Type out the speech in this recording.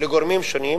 לגורמים שונים